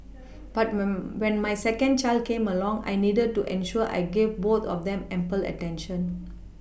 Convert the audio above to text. but when my when my second child came along I needed to ensure I gave both of them ample attention